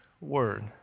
word